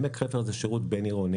בעמק חפר זה שירות בין-עירוני,